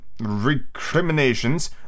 recriminations